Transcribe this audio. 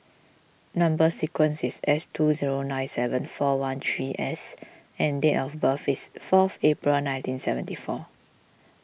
Number Sequence is S two zero nine seven four one three S and date of birth is fourth April nineteen seventy four